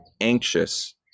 anxious